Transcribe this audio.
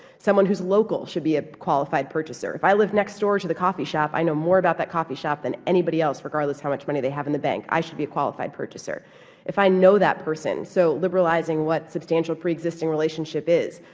someone who's local should be a qualified purchaser. if i live next door to the coffee shop, i know more about that coffee shop than anybody else, regardless of how much money they have in the bank. i should be a qualified purchaser if i know that person, person, so liberalizing what substantial preexisting relationship is.